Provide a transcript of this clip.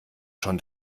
schon